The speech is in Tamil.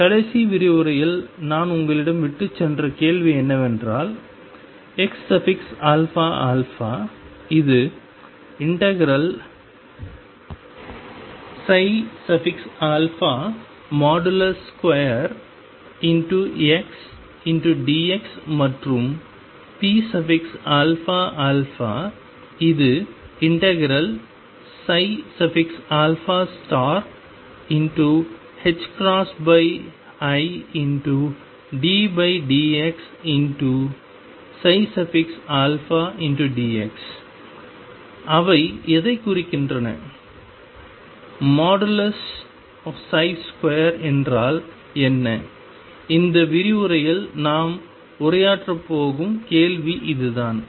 கடைசி விரிவுரையில் நான் உங்களிடம் விட்டுச் சென்ற கேள்வி என்னவென்றால் xαα இது ∫2xdx மற்றும்pαα இது ∫iddx dx அவை எதைக் குறிக்கின்றன 2 என்றால் என்ன இந்த விரிவுரையில் நாம் உரையாற்றப் போகும் கேள்வி இதுதான்